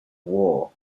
war